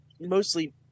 mostly